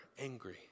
angry